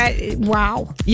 Wow